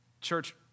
church